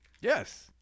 Yes